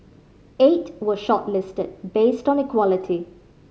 eight were shortlisted based on equality